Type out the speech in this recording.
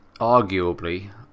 arguably